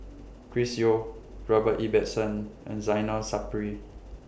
Chris Yeo Robert Ibbetson and Zainal Sapari